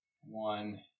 one